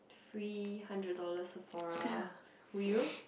free hundred dollar Sephora will you